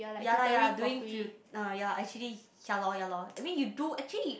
ya lah ya lah doing few~ uh ya actually ya loh ya loh I mean you do actually